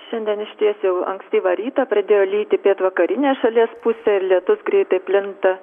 šiandien išties jau ankstyvą rytą pradėjo lyti pietvakarinės šalies pusėj ir lietus greitai plinta